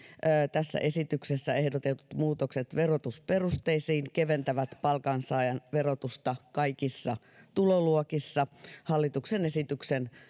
tässä esityksessä ehdotetut muutokset verotusperusteisiin keventävät palkansaajan verotusta kaikissa tuloluokissa hallituksen esityksen